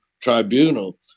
tribunal